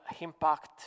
impact